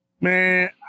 Man